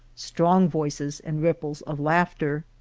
strong voices and ripples of laughter.